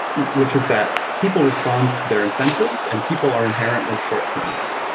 which is that people respond to their incentives, and people are inherently short termists.